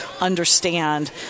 understand